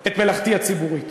את מלאכתי הציבורית.